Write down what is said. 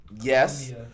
Yes